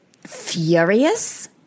furious